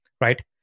right